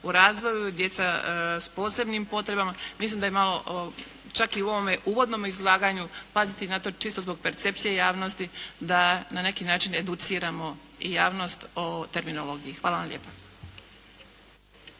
u razvoju, djeca s posebnim potrebama, mislim da je malo čak i u ovom uvodnom izlaganju paziti na to, čisto zbog percepcije javnosti da na neki način educiramo javnost o terminologiji. Hvala lijepo.